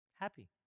happy